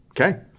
okay